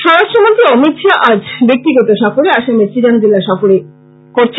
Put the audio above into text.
স্বরাষ্ট্রমন্ত্রী অমিত শাহ আজ ব্যক্তিগত সফরে আসামের চিরাং জেলা সফর করেন